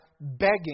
begging